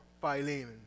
Philemon